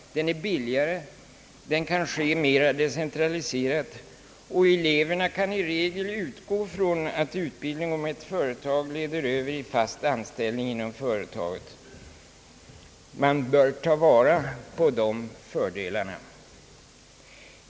Den är billigare, den kan ske mera decentraliserat och eleverna kan i regel utgå från att utbildning inom ett företag leder över till fast anställning i företaget. Man bör ta vara på dessa fördelar.